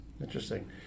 Interesting